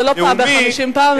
זה לא פעם ב-50 פעם,